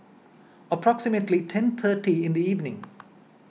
approximately ten thirty in the evening